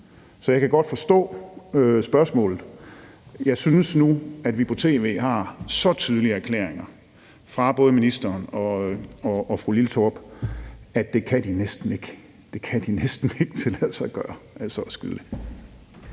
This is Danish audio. Så jeg kan godt forstå spørgsmålet. Jeg synes nu, at vi på tv har så tydelige erklæringer fra både ministeren og fru Karin Liltorp, at de næsten ikke kan tillade sig at